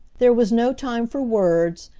there was no time for words,